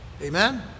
amen